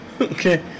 okay